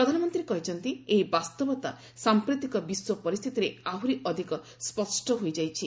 ପ୍ରଧାନମନ୍ତ୍ରୀ କହିଛନ୍ତି ଏହି ବାସ୍ତବତା ସାମ୍ପ୍ରତିକ ବିଶ୍ୱ ପରିସ୍ଥିତିରେ ଆହୁରି ଅଧିକ ସ୍ୱଷ୍ଟ ହୋଇଯାଇଛି